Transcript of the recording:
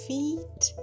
Feet